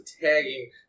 tagging